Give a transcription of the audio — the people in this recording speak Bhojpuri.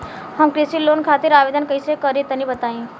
हम कृषि लोन खातिर आवेदन कइसे करि तनि बताई?